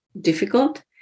difficult